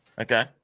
Okay